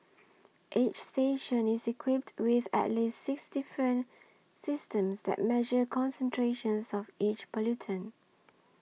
each station is equipped with at least six different systems that measure concentrations of each pollutant